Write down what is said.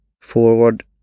forward